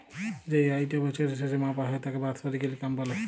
যেই আয়িটা বছরের শেসে মাপা হ্যয় তাকে বাৎসরিক ইলকাম ব্যলে